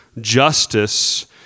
justice